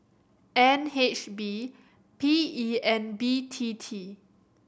N H B P E and B T T